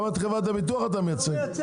גם את חברת הביטוח אתה מייצג.